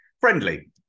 Friendly